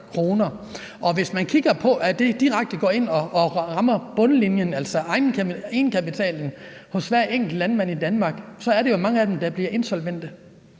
hvis man kigger på, at det direkte går ind og rammer bundlinjen, altså egenkapitalen hos hver enkelt landmand i Danmark, så er der jo mange af dem, der bliver insolvente.